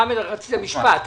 חמד, רצית לומר משפט.